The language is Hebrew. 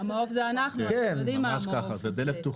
המעו"ף זה אנחנו, אתם יודעים מה זה המעו"ף.